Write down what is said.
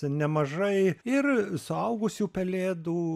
nemažai ir suaugusių pelėdų